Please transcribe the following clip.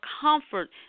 comfort